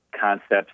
concepts